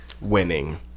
Winning